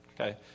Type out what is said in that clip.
okay